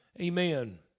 amen